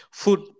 food